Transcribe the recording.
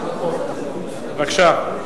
בבקשה,